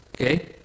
Okay